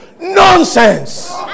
nonsense